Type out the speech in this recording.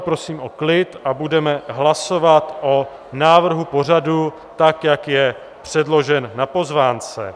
Prosím o klid a budeme hlasovat o návrhu pořadu tak, jak je předložen na pozvánce.